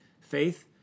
faith